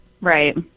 Right